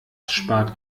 spart